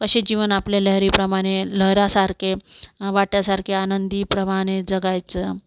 कसे जीवन आपल्या लहरीप्रमाणे लहरासारखे वाट्यासारखे आनंदी प्रमाणे जगायचं